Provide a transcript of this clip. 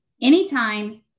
anytime